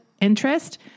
interest